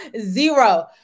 Zero